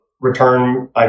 return